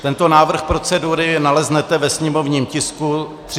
Tento návrh procedury naleznete ve sněmovním tisku 301/3.